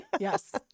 Yes